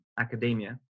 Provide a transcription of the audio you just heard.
academia